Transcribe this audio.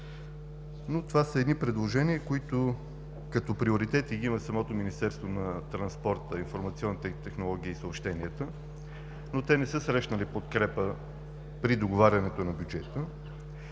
Това са едни предложения, които като приоритети ги има самото Министерство на транспорта, информационните технологии и съобщенията, но те не са срещнали подкрепа при договарянето на бюджета.